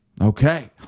Okay